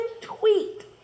tweet